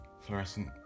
fluorescent